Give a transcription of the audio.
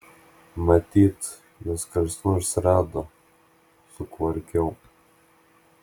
matyt juos kas nors rado sukvarkiau